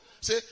Say